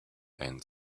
and